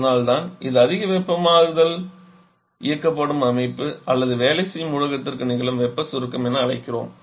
அதனால்தான் இது அதிக வெப்பத்தால் இயக்கப்படும் அமைப்பு அல்லது வேலை செய்யும் ஊடகத்திற்கு நிகழும் வெப்ப சுருக்கம் என அழைக்கிறோம்